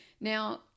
Now